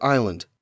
Island